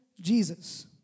Jesus